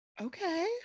okay